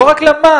לא רק למד.